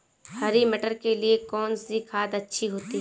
हरी मटर के लिए कौन सी खाद अच्छी होती है?